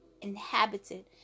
inhabited